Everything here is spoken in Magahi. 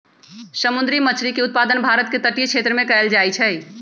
समुंदरी मछरी के उत्पादन भारत के तटीय क्षेत्रमें कएल जाइ छइ